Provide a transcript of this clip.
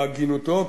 בהגינותו,